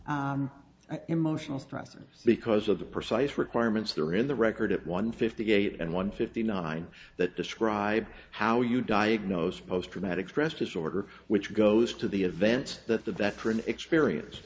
for emotional stressors because of the precise requirements that are in the record at one fifty eight and one fifty nine that describe how you diagnose post traumatic stress disorder which goes to the events that the veteran experience